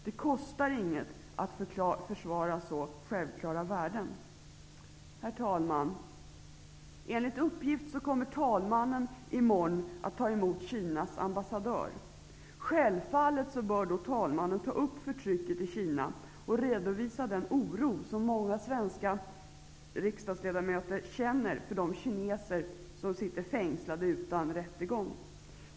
Det kostar inget att försvara så självklara värden. Herr talman! Enligt uppgift kommer talmannen i morgon att ta emot Kinas ambassadör. Självfallet bör då talmannen ta upp förtrycket i Kina och redovisa den oro som många svenska riksdagsledamöter känner för de kineser som sitter fängslade utan rättegång.